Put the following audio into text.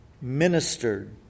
ministered